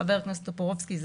חבר הכנסת טופורובסקי,